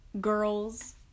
girls